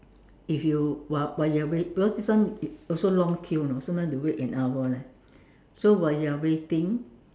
if you while while you are wai~ because this one also long queue you know sometimes you have to wait an hour leh so while you are waiting